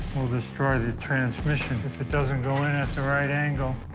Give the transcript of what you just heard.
we'll destroy the transmission if if it doesn't go in at the right angle.